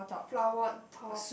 flower top